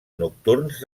nocturns